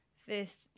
first